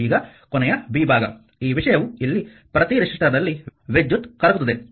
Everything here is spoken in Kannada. ಈಗ ಕೊನೆಯ b ಭಾಗ ಈ ವಿಷಯವು ಇಲ್ಲಿ ಪ್ರತಿ ರೆಸಿಸ್ಟರ್ನಲ್ಲಿ ವಿದ್ಯುತ್ ಕರಗುತ್ತದೆ